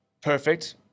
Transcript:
perfect